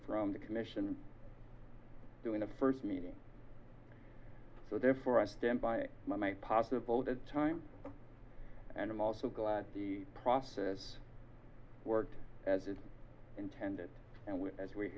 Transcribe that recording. from the commission doing a first meeting so therefore i stand by my make possible that time and i'm also glad the process worked as it intended and we as we